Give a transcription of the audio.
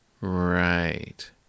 Right